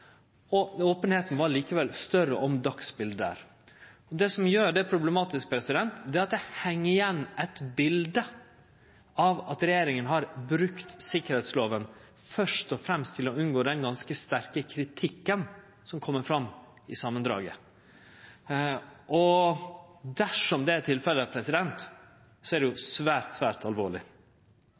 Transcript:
ting. Openheita om dagsbildet var likevel større der. Det som gjer det problematisk, er at det heng igjen eit bilde av at regjeringa har brukt sikkerheitslova først og fremst til å unngå den ganske sterke kritikken som kjem fram i samandraget. Dersom det er tilfellet, er det svært, svært alvorleg.